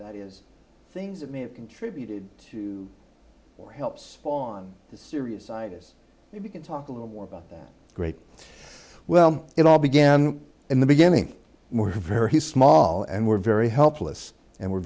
that is things that me contributed to or helps on the serious side is if you can talk a little more about that great well it all began in the beginning we're very small and we're very helpless and we're